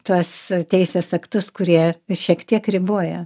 tuos teisės aktus kurie šiek tiek riboja